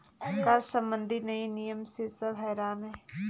कर संबंधी नए नियम से सब हैरान हैं